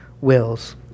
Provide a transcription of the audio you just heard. wills